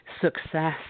success